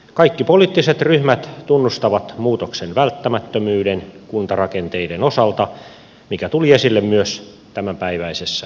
kaikki poliittiset ryhmät tunnustavat muutoksen välttämättömyyden kuntarakenteiden osalta mikä tuli esille myös tämänpäiväisessä keskustelussa